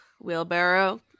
wheelbarrow